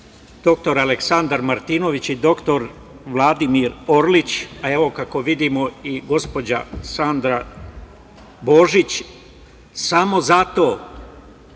dr Aleksandar Martinović i dr Vladimir Orlić, a evo, kako vidimo, i gospođa Sandra Božić, samo zato